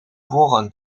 voorrang